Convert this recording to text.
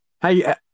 Hey